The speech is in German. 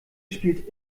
spielt